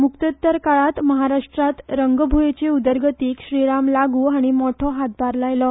मुक्त्योत्तर काळात महाराष्ट्रात रंगभुयेचे उदरगतीक श्रीराम लागू हाणी मोठो हातभार लायलो